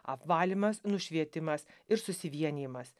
apvalymas nušvietimas ir susivienijimas